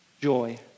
joy